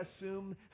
assume